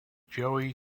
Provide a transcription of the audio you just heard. joey